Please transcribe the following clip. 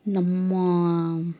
ನಮ್ಮ